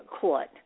court